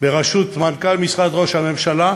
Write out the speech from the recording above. בראשות מנכ"ל משרד ראש הממשלה,